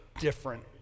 different